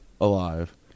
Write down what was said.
alive